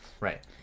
Right